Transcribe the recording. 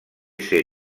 ser